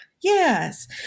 Yes